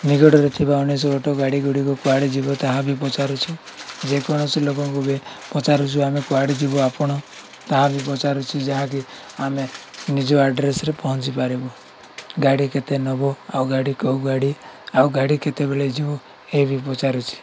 ନିକଟରେ ଥିବା ଉଣେଇଶ ଗୋଟ ଗାଡ଼ି ଗୁଡ଼ିକ କୁଆଡ଼େ ଯିବ ତାହା ବି ପଚାରୁଛୁ ଯେକୌଣସି ଲୋକଙ୍କୁ ବି ପଚାରୁଛୁ ଆମେ କୁଆଡ଼େ ଯିବୁ ଆପଣ ତାହା ବି ପଚାରୁଚୁ ଯାହାକି ଆମେ ନିଜ ଆଡ୍ରେସରେ ପହଞ୍ଚି ପାରିବୁ ଗାଡ଼ି କେତେ ନବୁ ଆଉ ଗାଡ଼ି କେଉଁ ଗାଡ଼ି ଆଉ ଗାଡ଼ି କେତେବେଳେ ଯିବ ଏ ବି ପଚାରୁଛି